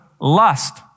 lust